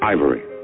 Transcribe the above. Ivory